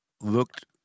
looked